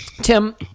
tim